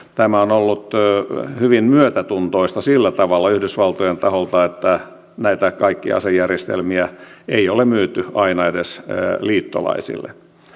tämä on ollut hyvin myötätuntoista sillä tavalla yhdysvaltojen taholta että näitä kaikkia asejärjestelmiä ei ole myyty aina edes liittolaisille